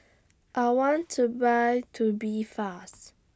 I want to Buy Tubifast